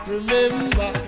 Remember